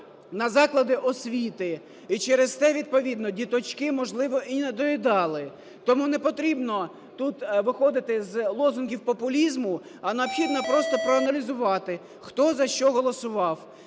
на заклади освіти. І через те відповідно діточки, можливо, і недоїдали. Тому непотрібно тут виходити з лозунгів популізму, а необхідно просто проаналізувати, хто за що голосував.